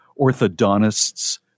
orthodontists